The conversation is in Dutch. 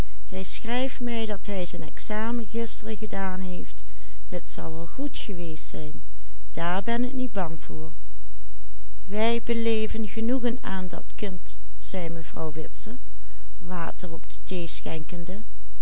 wij beleven genoegen aan dat kind zei mevrouw witse water op de